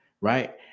right